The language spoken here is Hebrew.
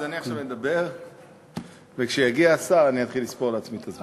אני עכשיו אדבר וכשיגיע השר אני אתחיל לספור לעצמי את הזמן.